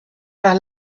par